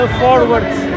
forwards